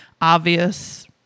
Obvious